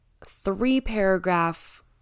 three-paragraph